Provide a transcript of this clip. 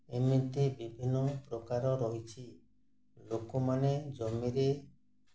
ଏମିତି ବିଭିନ୍ନ ପ୍ରକାର ରହିଛି ଲୋକମାନେ ଜମିରେ